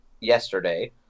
yesterday